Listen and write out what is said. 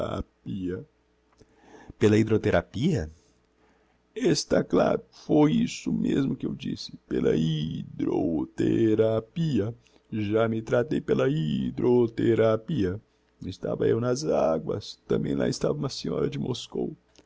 rapia pela hydrotherapia está claro foi isso mesmo que eu disse pela hy dro the rapia já me tratei pela hy drotherapia estava eu nas aguas tambem lá estava uma senhora de moscou